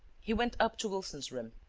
he went up to wilson's room.